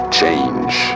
change